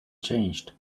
changed